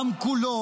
לעם כולו,